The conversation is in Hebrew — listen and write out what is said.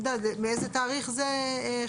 יהודה, מאיזה תאריך זה חל?